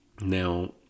Now